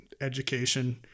education